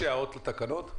יש הערות לתקנות?